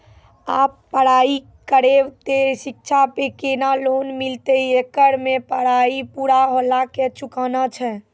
आप पराई करेव ते शिक्षा पे केना लोन मिलते येकर मे पराई पुरा होला के चुकाना छै?